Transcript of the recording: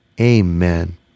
Amen